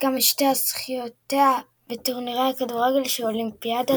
גם את שתי זכיותיה בטורנירי הכדורגל של אולימפיאדת